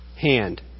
hand